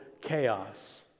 chaos